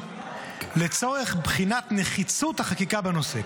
לצורך בחינת נחיצות החקיקה בנושא.